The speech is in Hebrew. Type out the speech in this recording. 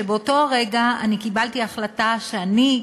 שבאותו הרגע קיבלתי החלטה שאני,